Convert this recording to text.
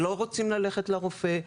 אלו שלא רוצים ללכת לרופא,